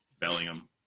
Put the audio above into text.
Bellingham